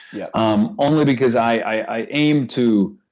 yeah um only because i i aim to,